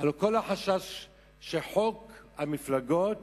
שחוק המפלגות